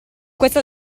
questo